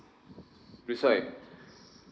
that's why